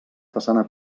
façana